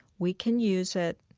we can use it.